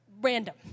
random